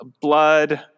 Blood